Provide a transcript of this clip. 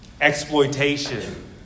exploitation